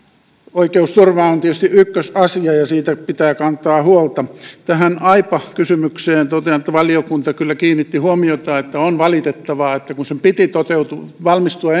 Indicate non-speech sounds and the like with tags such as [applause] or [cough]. oikeusturva on tietysti ykkösasia ja siitä pitää kantaa huolta tähän aipa kysymykseen liittyen totean että valiokunta kyllä kiinnitti huomiota että on valitettavaa että kun sen piti valmistua [unintelligible]